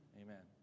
amen